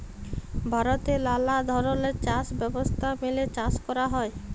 ভারতে লালা ধরলের চাষ ব্যবস্থা মেলে চাষ ক্যরা হ্যয়